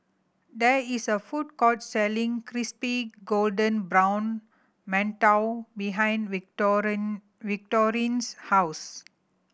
there is a food court selling crispy golden brown mantou behind Victorine's house